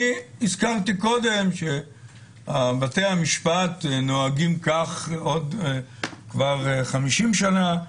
אני הזכרתי קודם שבתי המשפט נוהגים כך כבר 50 שנה,